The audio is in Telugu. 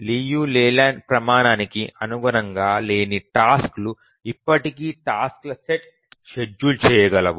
లియు లేలాండ్ ప్రమాణానికి అనుగుణంగా లేని టాస్క్లు ఇప్పటికీ టాస్క్ల సెట్ షెడ్యూల్ చేయగలవు